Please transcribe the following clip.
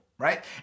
right